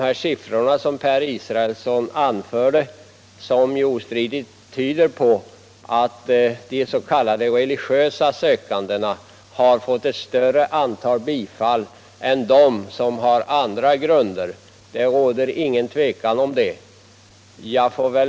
De siffror som Per Israelsson anförde tyder ostridigt på att religiösa sökande har fått sina ansökningar bifallna i större utsträckning än personer som på andra grunder har sökt vapenfri tjänst. Det råder ingen tvekan om att så förhåller sig.